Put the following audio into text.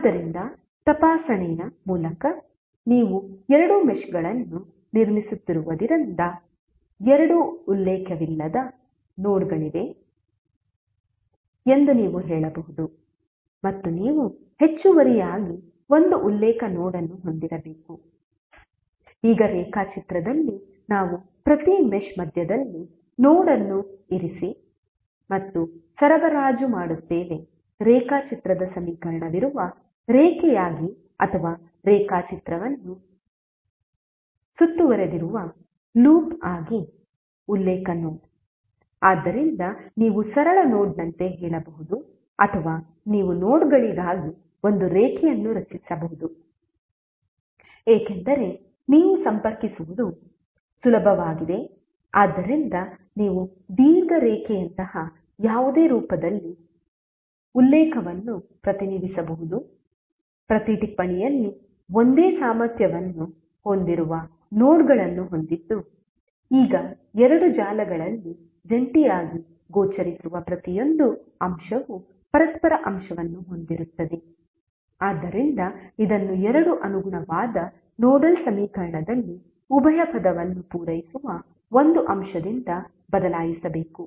ಆದ್ದರಿಂದ ತಪಾಸಣೆಯ ಮೂಲಕ ನೀವು ಎರಡು ಮೆಶ್ಗಳನ್ನು ನಿರ್ಮಿಸುತ್ತಿರುವುದರಿಂದ ಎರಡು ಉಲ್ಲೇಖವಿಲ್ಲದ ನೋಡ್ಗಳಿವೆ ಎಂದು ನೀವು ಹೇಳಬಹುದು ಮತ್ತು ನೀವು ಹೆಚ್ಚುವರಿಯಾಗಿ ಒಂದು ಉಲ್ಲೇಖ ನೋಡ್ ಅನ್ನು ಹೊಂದಿರಬೇಕು ಈಗ ರೇಖಾಚಿತ್ರದಲ್ಲಿ ನಾವು ಪ್ರತಿ ಮೆಶ್ ಮಧ್ಯದಲ್ಲಿ ನೋಡ್ ಅನ್ನು ಇರಿಸಿ ಮತ್ತು ಸರಬರಾಜು ಮಾಡುತ್ತೇವೆ ರೇಖಾಚಿತ್ರದ ಸಮೀಪವಿರುವ ರೇಖೆಯಾಗಿ ಅಥವಾ ರೇಖಾಚಿತ್ರವನ್ನು ಸುತ್ತುವರೆದಿರುವ ಲೂಪ್ ಆಗಿ ಉಲ್ಲೇಖ ನೋಡ್ ಆದ್ದರಿಂದ ನೀವು ಸರಳ ನೋಡ್ನಂತೆ ಹೇಳಬಹುದು ಅಥವಾ ನೀವು ನೋಡ್ಗಳಿಗಾಗಿ ಒಂದು ರೇಖೆಯನ್ನು ರಚಿಸಬಹುದು ಏಕೆಂದರೆ ನೀವು ಸಂಪರ್ಕಿಸುವುದು ಸುಲಭವಾಗಿದೆ ಆದ್ದರಿಂದ ನೀವು ದೀರ್ಘ ರೇಖೆಯಂತಹ ಯಾವುದೇ ರೂಪದಲ್ಲಿ ಉಲ್ಲೇಖವನ್ನು ಪ್ರತಿನಿಧಿಸಬಹುದು ಪ್ರತಿ ಟಿಪ್ಪಣಿಯಲ್ಲಿ ಒಂದೇ ಸಾಮರ್ಥ್ಯವನ್ನು ಹೊಂದಿರುವ ನೋಡ್ಗಳನ್ನು ಹೊಂದಿದ್ದು ಈಗ ಎರಡು ಜಾಲಗಳಲ್ಲಿ ಜಂಟಿಯಾಗಿ ಗೋಚರಿಸುವ ಪ್ರತಿಯೊಂದು ಅಂಶವು ಪರಸ್ಪರ ಅಂಶವನ್ನು ಹೊಂದಿರುತ್ತದೆ ಆದ್ದರಿಂದ ಇದನ್ನು ಎರಡು ಅನುಗುಣವಾದ ನೋಡಲ್ ಸಮೀಕರಣದಲ್ಲಿ ಉಭಯ ಪದವನ್ನು ಪೂರೈಸುವ ಒಂದು ಅಂಶದಿಂದ ಬದಲಾಯಿಸಬೇಕು